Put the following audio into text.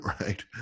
right